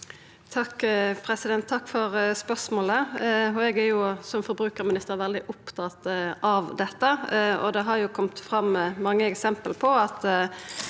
Takk for spørs- målet. Som forbrukarminister er eg veldig opptatt av dette. Det har kome fram mange eksempel på at